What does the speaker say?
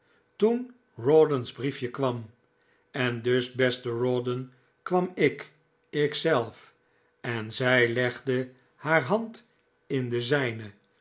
toen rawdon's briefje kwam en dus beste rawdon kwam ik ik zelf en zij legde haar hand in de zijne